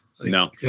no